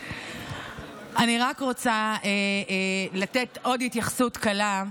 אני רק רוצה לתת עוד התייחסות קלה.